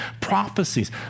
prophecies